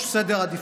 לגבי הרצף הטיפולי,